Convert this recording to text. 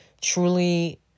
truly